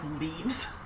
leaves